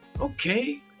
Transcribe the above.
okay